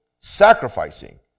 sacrificing